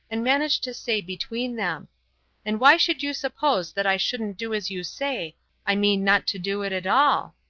and managed to say between them and why should you suppose that i shouldn't do as you say i mean not to do it at all?